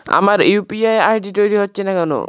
আমার UPI ID তৈরি হচ্ছে না কেনো?